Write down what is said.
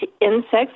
insects